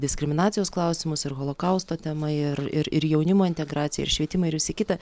diskriminacijos klausimus ir holokausto temą ir ir ir jaunimo integraciją ir švietimą ir visa kita